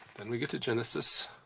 then we get to genesis,